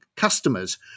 customers